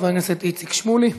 חבר הכנסת איציק שמולי.